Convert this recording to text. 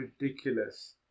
ridiculous